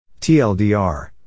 TLDR